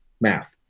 Math